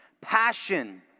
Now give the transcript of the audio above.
passion